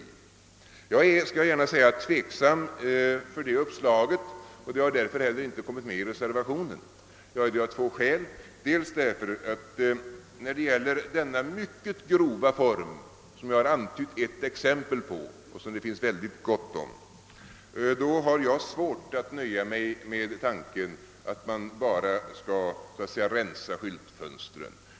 Jag skall gärna säga att jag ställer mig tveksam i fråga om detta uppslag, och det har därför inte kommit med i reservationen. Det har skett av två skäl. Det första är att jag när det gäller pornografi i denna mycket grova form, som jag givit ett exempel på men som det finns gott om, har svårt att nöja mig med tanken att man bara skall så att säga rensa skyltfönstren.